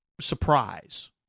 surprise